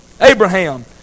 Abraham